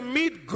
meet